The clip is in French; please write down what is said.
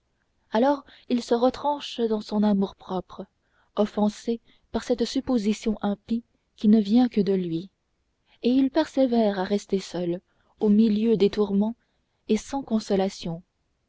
alors il se retranche dans son amour-propre offensé par cette supposition impie qui ne vient que de lui et il persévère à rester seul au milieu des tourments et sans consolation